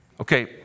Okay